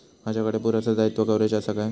माजाकडे पुरासा दाईत्वा कव्हारेज असा काय?